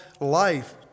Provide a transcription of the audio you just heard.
life